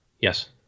Yes